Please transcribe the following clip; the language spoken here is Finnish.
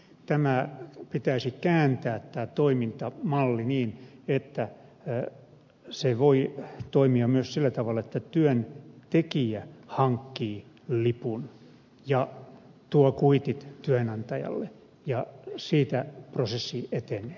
tämä toimintamalli pitäisi kääntää niin että se voi toimia myös sillä tavalla että työntekijä hankkii lipun ja tuo kuitit työnantajalle ja siitä prosessi etenee